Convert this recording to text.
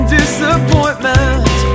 disappointment